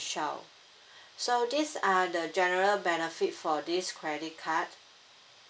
shell so these are the general benefit for this credit card